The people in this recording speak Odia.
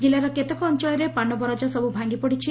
ଜିଲ୍ଲାର କେତେକ ଅଞ୍ଚଳରେ ପାନ ବରଜ ସବୁ ଭାଙ୍ଗି ପଡ଼ିଛି